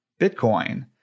Bitcoin